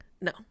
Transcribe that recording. No